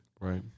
right